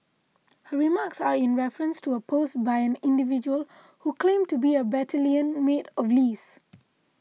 her remarks are in reference to a post by an individual who claimed to be a battalion mate of Lee's